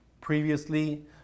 Previously